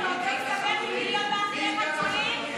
מי יעזור לחתולים?